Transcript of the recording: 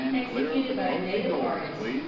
executed by a native artist,